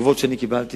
התגובות שקיבלתי